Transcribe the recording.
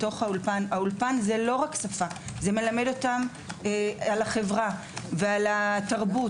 זה מלמד אותם על החברה ועל התרבות.